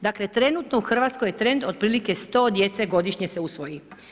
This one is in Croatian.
Dakle trenutno u Hrvatskoj je trend otprilike 100 djece godišnje se usvoji.